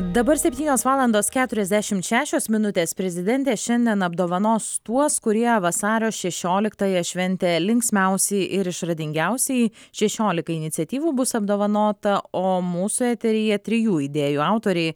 dabar septynios valandos keturiasdešimt šešios minutės prezidentė šiandien apdovanos tuos kurie vasario šešioliktąją šventė linksmiausiai ir išradingiausiai šešioliokai iniciatyvų bus apdovanota o mūsų eteryje trijų idėjų autoriai